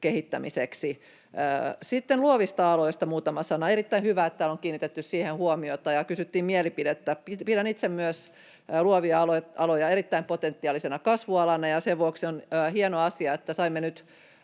kehittämiseksi. Sitten luovista aloista muutama sana. Erittäin hyvä, että täällä on kiinnitetty siihen huomiota ja kysyttiin mielipidettä. Pidän itse myös luovia aloja erittäin potentiaalisena kasvualana, ja sen vuoksi on hieno asia, että saimme nyt